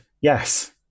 yes